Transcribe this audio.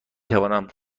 توانم